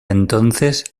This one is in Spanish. entonces